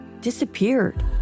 Disappeared